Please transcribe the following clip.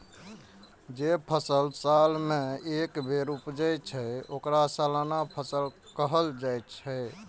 जे फसल साल मे एके बेर उपजै छै, ओकरा सालाना फसल कहल जाइ छै